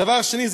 דבר שני,